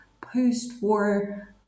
post-war